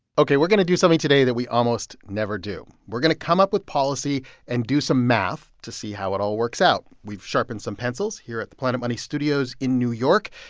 ok, we're going to do something today that we almost never do. we're going to come up with policy and do some math to see how it all works out. we've sharpened some pencils here at the planet money studios in new york,